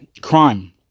crime